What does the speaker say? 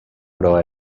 però